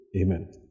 Amen